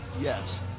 Yes